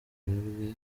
twebwe